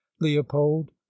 leopold